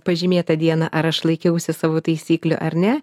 pažymėtą dieną ar aš laikiausi savo taisyklių ar ne